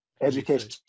education